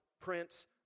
Prince